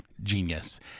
Genius